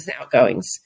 outgoings